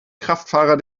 kraftfahrer